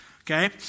Okay